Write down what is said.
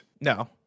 No